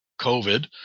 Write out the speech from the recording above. COVID